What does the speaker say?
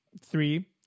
three